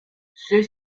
ceux